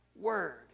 Word